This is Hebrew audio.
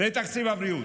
לתקציב הבריאות.